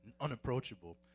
unapproachable